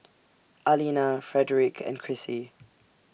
Alina Frederic and Crissy